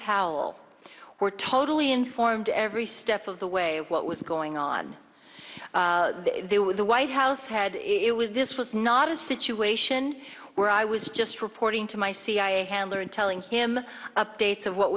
powell were totally informed every step of the way what was going on there with the white house had it was this was not a situation where i was just reporting to my cia handler and telling him updates of what